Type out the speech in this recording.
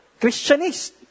Christianist